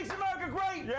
america great? yeah